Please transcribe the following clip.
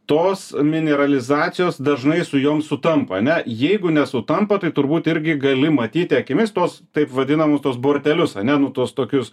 tos mineralizacijos dažnai su jom sutampa ane jeigu nesutampa tai turbūt irgi gali matyti akimis tuos taip vadinamus tuos bortelius ane nu tuos tokius